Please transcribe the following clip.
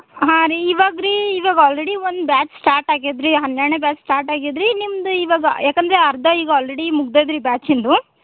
ಹಾಂ ರೀ ಇವಾಗ ರೀ ಇವಾಗ ಆಲ್ರೆಡಿ ಒಂದು ಬ್ಯಾಚ್ ಸ್ಟಾರ್ಟ್ ಆಗ್ಯದ ರೀ ಹನ್ನೆರಡನೆ ಬ್ಯಾಚ್ ಸ್ಟಾರ್ಟ್ ಆಗ್ಯದ ರೀ ನಿಮ್ದು ಇವಾಗ ಯಾಕಂದರೆ ಅರ್ಧ ಈಗ ಆಲ್ರೆಡಿ ಮುಗ್ದದ ರೀ ಬ್ಯಾಚಿಂದು